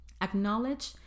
acknowledge